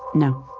no